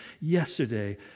yesterday